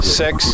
six